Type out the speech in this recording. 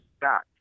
back